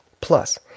Plus